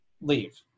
leave